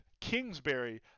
Kingsbury